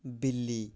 बिल्ली